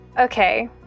Okay